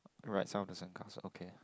right side of the sand castle okay